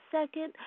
second